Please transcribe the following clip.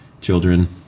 children